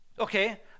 okay